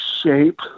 shape